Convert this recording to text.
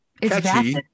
catchy